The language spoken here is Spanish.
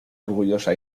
orgullosa